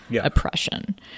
oppression